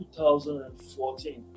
2014